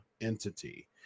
entity